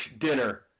dinner